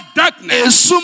darkness